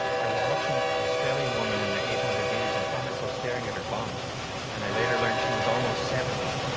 i was watching an australian woman in the eight hundred meters, i found myself staring at her bum and i later learned she was almost seventy.